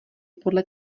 podle